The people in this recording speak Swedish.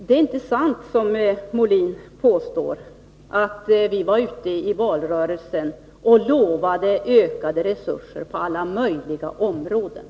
Det är inte sant som Björn Molin påstår att vi i valrörelsen lovade ökade resurser på alla möjliga områden.